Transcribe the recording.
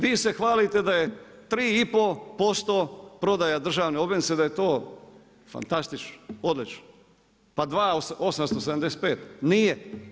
Vi se hvalite da je 3,5% prodaja državne obveznice da je to fantastično, odlično, pa 2,875 nije.